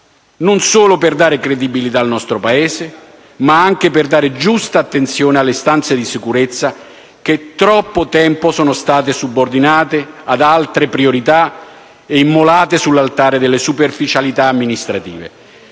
non solo per dare credibilità al nostro Paese, ma anche per dare giusta attenzione ad istanze di sicurezza che per troppo tempo sono state subordinate ad altre priorità ed immolate sull'altare della superficialità amministrativa,